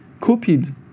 copied